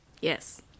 Yes